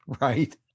Right